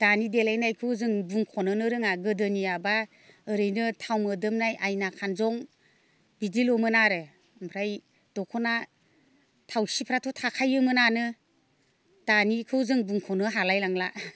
दानि देलायनायखौ जों बुंख'नोनो रोङा गोदोनियाबा ओरैनो थाव मोदोमनाय आइना खानजं बिदिल'मोन आरो ओमफ्राय दखना थावसिफ्राथ' थाखायोमोनानो दानिखौ जों बुंख'नो हालायलांला